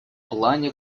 плане